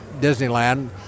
disneyland